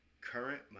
current